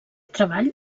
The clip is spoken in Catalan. treball